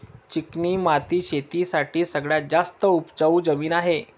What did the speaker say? चिकणी माती शेती साठी सगळ्यात जास्त उपजाऊ जमीन आहे